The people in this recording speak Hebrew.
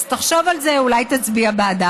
אז תחשוב על זה, אולי תצביע בעדה.